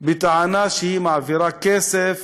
בטענה שהיא מעבירה כסף